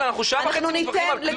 אבל אנחנו שעה וחצי מתווכחים על כלום,